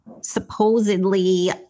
supposedly